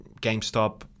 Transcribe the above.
GameStop